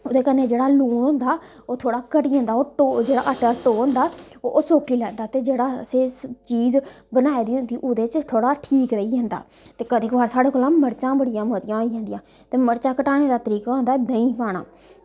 ओह्दे कन्नै जेह्ड़ा लून होंदा ओह् थोह्ड़ा घटी जंदा ओह् जेह्ड़ा आटे दा होंदा ओह् सोक्की लैंदा ते जेह्ड़ा असें चीज़ बनाई दी होंदी ओह्दे च थोह्ड़ा ठीक रेही जंदा ते क'दें कुतै साढ़े कोला मर्चां बड़ियां मतियां होई जंदियां ते मर्चां घटाने दा तरीका होंदा देहीं पाना